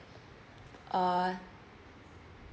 uh